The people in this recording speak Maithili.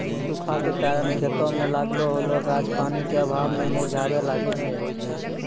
सूखा के कारण खेतो मे लागलो होलो गाछ पानी के अभाव मे मुरझाबै लागै छै